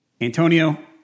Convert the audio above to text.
Antonio